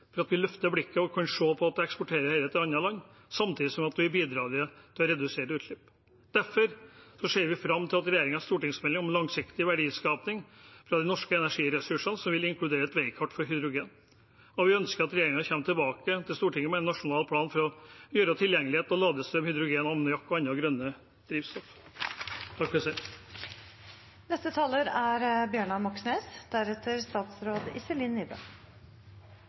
at vi løfter blikket og kan se til at vi eksporterer det til andre land samtidig som vi bidrar til å redusere utslippene. Derfor ser vi fram til regjeringens stortingsmelding om langsiktig verdiskaping fra de norske energiressursene, som vil inkludere et veikart for hydrogen. Og vi ønsker at regjeringen kommer tilbake til Stortinget med en nasjonal plan for å bedre tilgjengeligheten til ladestrøm, hydrogen, ammoniakk og andre grønne drivstoff. Den maritime næringen er